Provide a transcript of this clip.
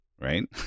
right